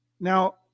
Now